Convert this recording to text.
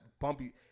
bumpy